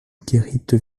guérite